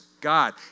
God